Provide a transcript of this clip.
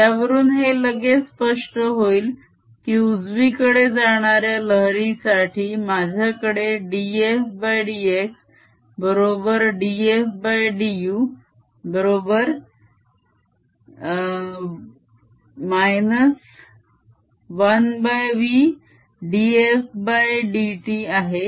यावरून हे लगेच स्पष्ट होईल की उजवीकडे जाणाऱ्या लहरीसाठी माझ्याकडे dfdx बरोबर dfdu बरोबर -lvdfdt आहे